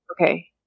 Okay